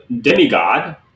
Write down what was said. demigod